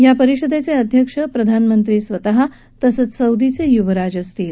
या परिषदेचे अध्यक्ष प्रधानमंत्री स्वतः तसंच सौदीचे युवराज असतील